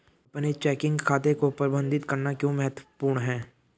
अपने चेकिंग खाते को प्रबंधित करना क्यों महत्वपूर्ण है?